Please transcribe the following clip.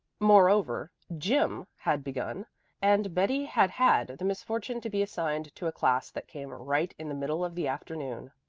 moreover, gym had begun and betty had had the misfortune to be assigned to a class that came right in the middle of the afternoon.